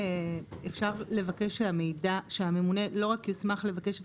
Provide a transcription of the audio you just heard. אפשר לבקש שהממונה לא רק יוסמך לבקש את